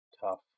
tough